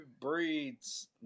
breeds